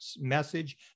message